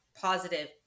positive